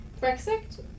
Brexit